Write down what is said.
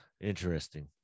Interesting